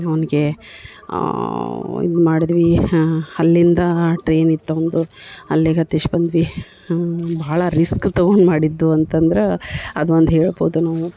ಅವ್ನಿಗೆ ಇದು ಮಾಡಿದ್ವಿ ಅಲ್ಲಿಂದ ಟ್ರೈನ್ ಇತ್ತು ಅವನ್ದು ಅಲ್ಲಿಗೆ ಹತ್ತಿಸ್ ಬಂದ್ವಿ ಭಾಳ ರೀಸ್ಕ್ ತಗೊಂಡು ಮಾಡಿದ್ದು ಅಂತಂದ್ರೆ ಅದೊಂದು ಹೇಳ್ಬೋದು ನಾವು